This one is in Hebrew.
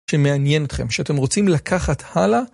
שמעניין אתכם, שאתם רוצים לקחת הלאה.